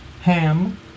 Ham